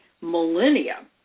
millennia